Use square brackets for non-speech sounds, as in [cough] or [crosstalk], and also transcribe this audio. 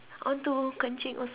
I want to kenching also [laughs]